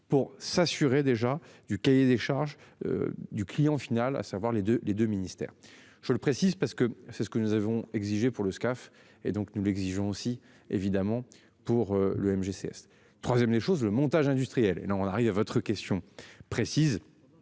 pour s'assurer déjà du cahier des charges. Du client final, à savoir les deux les deux ministères. Je le précise parce que c'est ce que nous avons exigé pour le SCAF et donc nous l'exigeons aussi évidemment pour le MGCS 3ème les choses. Le montage industriel et nous on arrive à votre question précise.